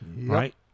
right